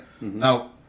Now